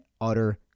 utter